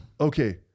Okay